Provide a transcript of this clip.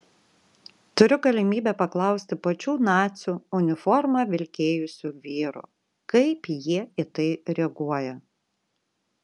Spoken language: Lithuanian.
turiu galimybę paklausti pačių nacių uniformą vilkėjusių vyrų kaip jie į tai reaguoja